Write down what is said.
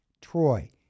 Troy